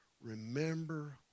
Remember